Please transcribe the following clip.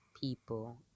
people